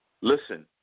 Listen